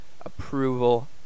approval